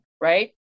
right